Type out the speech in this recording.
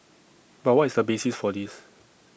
but what is the basis for this